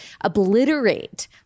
obliterate